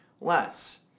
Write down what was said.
less